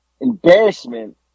embarrassment